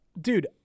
dude